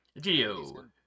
Geo